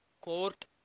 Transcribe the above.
Court